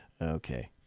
Okay